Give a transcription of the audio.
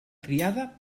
criada